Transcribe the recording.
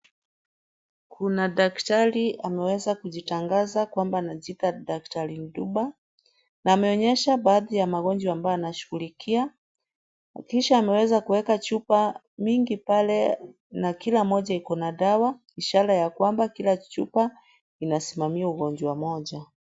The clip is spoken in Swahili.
Kuna daktari ambaye ameweza kujitangaza kwamba anajiita daktari Ndumba na ameonyesha baadhi ya magonjwa ambayo anashughulikia kisha ameweza kuweka chupa mingi pale na kila moja iko na dawa ishara ya kwamba kila chupa inasimamia ugonjwa moja.